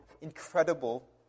incredible